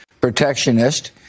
protectionist